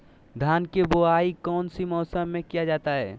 धान के बोआई कौन सी मौसम में किया जाता है?